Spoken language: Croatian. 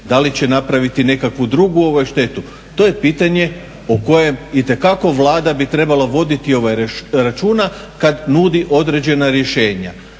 da li će napraviti nekakvu drugu štetu to je pitanje o kojem itekako Vlada bi trebala voditi računa kad nudi određena rješenja,